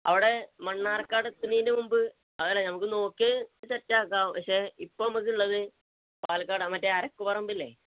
അവിടെ മണ്ണാർക്കാട് എത്തുന്നതിന്റെ മുമ്പ് അതല്ലേ നമുക്ക് നോക്കി സെറ്റാക്കാം പക്ഷേ ഇപ്പോള് നമുക്കുള്ളത് പാലക്കാട് മറ്റേ അരക്കുപറമ്പില്ലേ